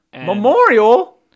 Memorial